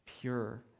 pure